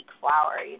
flower